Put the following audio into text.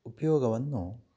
ಉಪಯೋಗವನ್ನು